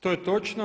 To je točno.